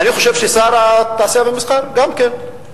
אני חושב ששר התעשייה והמסחר גם כן,